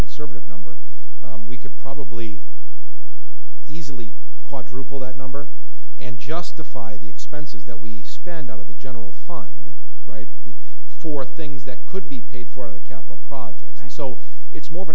conservative number we could probably easily quadruple that number and justify the expenses that we spend out of the general fund right the four things that could be paid for the capital projects and so it's more of